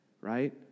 right